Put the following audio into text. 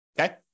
okay